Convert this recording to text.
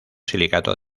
silicato